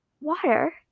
water